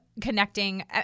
connecting